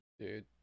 Dude